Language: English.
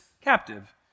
captive